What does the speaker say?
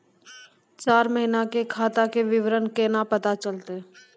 चार महिना के खाता के विवरण केना पता चलतै?